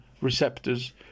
receptors